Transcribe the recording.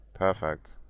Perfect